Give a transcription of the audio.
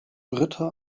britta